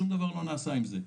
שום דבר לא נעשה עם זה.